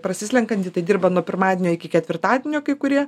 prasislenkantį tai dirba nuo pirmadienio iki ketvirtadienio kai kurie